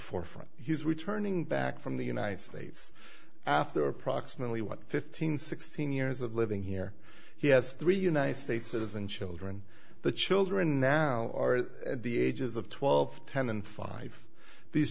forefront he's returning back from the united states after approximately what fifteen sixteen years of living here he has three united states citizen children the children now are the ages of twelve ten and five these